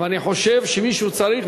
אבל אני חושב שמישהו צריך,